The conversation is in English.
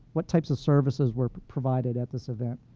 what types of services where provided at this event?